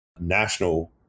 national